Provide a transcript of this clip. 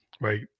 right